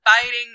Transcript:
Fighting